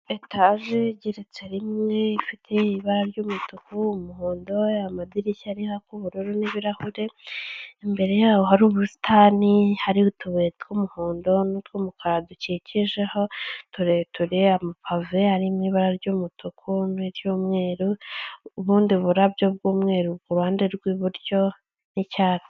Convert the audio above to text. Etaje igeretse rimwe ifite ibara ry'umutuku, umuhondo, amadirishya ariho ak' ubururu n'ibirahure, imbere yaho hari ubusitani, hariho utubuyue tw'umuhondo n'u tw'umukara dukikijeho tureture, amapave ari mu ibara ry'umutuku n'iry'umweru ubundi burabyo bw'umweru ku hande rw'iburyo n'icyatsi.